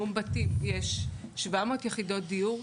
באום בטין יש 700 יחידות דיור,